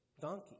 donkey